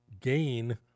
gain